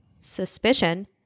suspicion